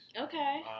Okay